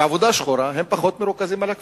בעבודה "שחורה", הם פחות מרוכזים על הכביש.